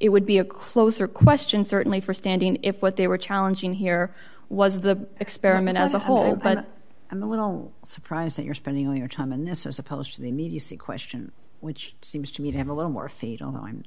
it would be a closer question certainly for standing if what they were challenging here was the experiment as a whole but i'm a little surprised that you're spending all your time in this as opposed to the immediacy question which seems to me to have a little more feet although i'm